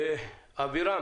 אבירם